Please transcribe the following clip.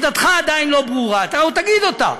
עמדתך עדיין לא ברורה, אתה עוד תגיד אותה.